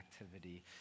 activity